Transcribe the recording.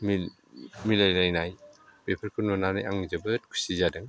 मिलायलायनाय बेफोरखौ नुनानै आङो जोबोद खुसि जादों